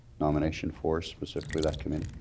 nomination for specifically that committee,